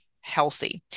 healthy